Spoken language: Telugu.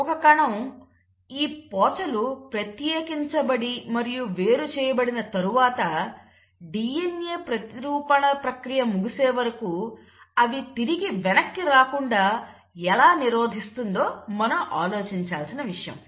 ఒక కణం ఈ పోచలు ప్రత్యేకించబడి మరియు వేరు చేయబడిన తర్వాత DNA ప్రతిరూపణ ప్రక్రియ ముగిసే వరకు అవి తిరిగి వెనక్కి రాకుండా ఎలా నిరోధిస్తుందో మనం ఆలోచించాల్సిన విషయం